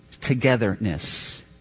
togetherness